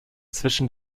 zwischen